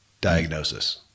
diagnosis